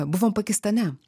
buvom pakistane